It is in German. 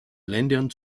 ländern